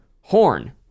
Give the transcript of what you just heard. Horn